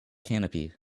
canopy